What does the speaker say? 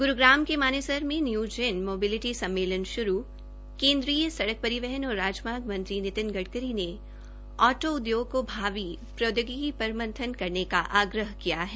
ग्रूग्राम के मानेसर मे new gen mobility सम्मेलन श्रू केन्द्रीय सड़क परिवहन और राजमार्ग मंत्री नितिन गडकरी ने ऑटो उद्योग को भावी प्रौदयोगिकी पर मंथन करने का आग्रह किया है